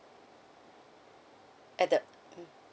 at the mm